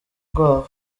rwabo